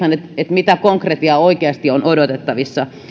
mitä konkretiaa oikeasti on odotettavissa